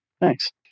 Thanks